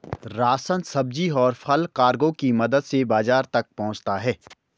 ration, सब्जी, और फल कार्गो की मदद से बाजार तक पहुंचता है